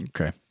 Okay